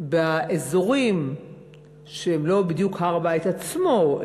באזורים שהם לא בדיוק הר-הבית עצמו,